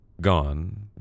gone